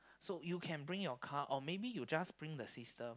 so you can bring your car or maybe you just bring the system